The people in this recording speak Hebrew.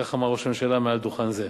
כך אמר ראש הממשלה מעל דוכן זה.